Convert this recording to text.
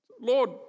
Lord